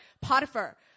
Potiphar